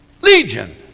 Legion